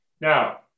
now